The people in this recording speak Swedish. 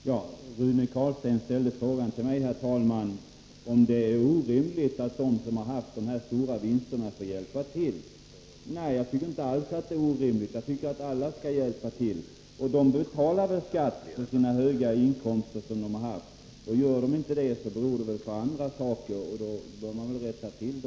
Herr talman! Rune Carlstein frågade mig om det är orimligt att de som har fått de stora vinsterna skall hjälpa till. Nej, jag tycker inte alls att det är orimligt. Jag tycker att alla skall hjälpa till. De betalar också skatt på sina höga inkomster. Gör de inte det beror det på andra saker, som man bör rätta till.